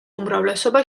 უმრავლესობა